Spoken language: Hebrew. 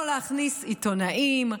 לא להכניס עיתונאים,